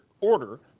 order